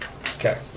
Okay